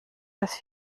das